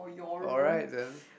alright then